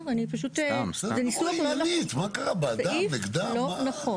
תסבירי לי למה את מתכוונת.